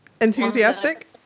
Enthusiastic